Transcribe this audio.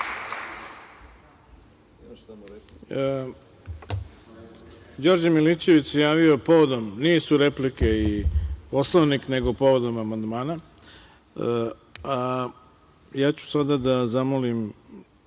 Đorđe Milićević se javio povodom, nisu replike i Poslovnik, nego povodom amandmana. Sada ću da zamolim